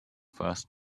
first